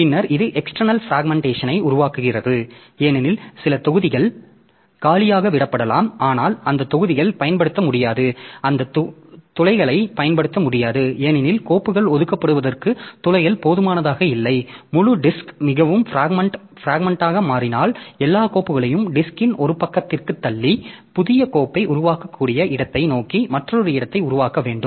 பின்னர் இது எக்ஸ்டர்னல் பிராக்மென்ட்டேஷனை உருவாகிறது ஏனெனில் சில தொகுதிகள் காலியாக விடப்படலாம் ஆனால் அந்த தொகுதிகள் பயன்படுத்த முடியாது அந்த துளைகளைப் பயன்படுத்த முடியாது ஏனெனில் கோப்புகள் ஒதுக்கப்படுவதற்கு துளைகள் போதுமானதாக இல்லை முழு டிஸ்க் மிகவும் பிராக்மெண்டெட் மாறினால் எல்லா கோப்புகளையும் டிஸ்க்ன் ஒரு பக்கத்திற்குத் தள்ளி புதிய கோப்பை உருவாக்கக்கூடிய இடத்தை நோக்கி மற்றொரு இடத்தை உருவாக்க வேண்டும்